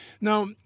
Now